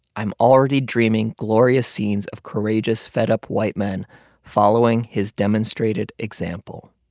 i'm already dreaming glorious scenes of courageous, fed-up white men following his demonstrated example.